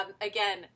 again